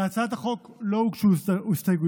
להצעת החוק לא הוגשו הסתייגויות,